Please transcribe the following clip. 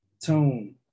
Tone